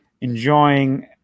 enjoying